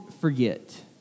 forget